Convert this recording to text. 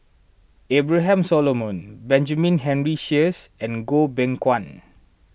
Abraham Solomon Benjamin Henry Sheares and Goh Beng Kwan